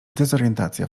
dezorientacja